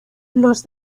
los